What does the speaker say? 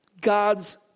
God's